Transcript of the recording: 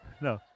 No